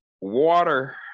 water